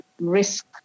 risk